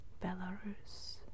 Belarus